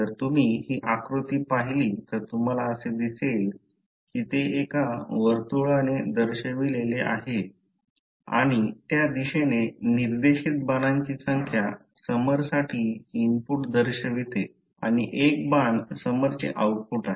जर तुम्ही हि आकृती पहिली तर तुम्हाला असे दिसेल कि ते एका वर्तुळाने दर्शविलेले आहे आणि त्या दिशेने निर्देशित बाणांची संख्या समरसाठी इनपुट दर्शविते आणि एक बाण समरचे आऊटपुट आहे